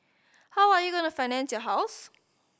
how are you going to finance your house